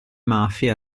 mafie